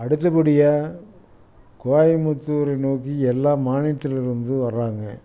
அடுத்தபடியாக கோயம்புத்தூர நோக்கி எல்லா மாநிலத்துலேருந்து வர்றாங்க